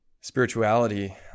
spirituality